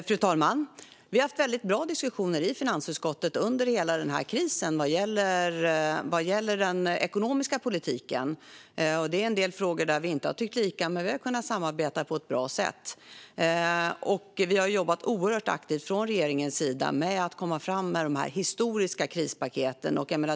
Fru talman! Vi har under hela krisen haft väldigt bra diskussioner med finansutskottet vad gäller den ekonomiska politiken. I en del frågor har vi inte tyckt lika, men vi har kunnat samarbeta på ett bra sätt. Regeringen har jobbat oerhört aktivt med att komma fram med de här historiska krispaketen.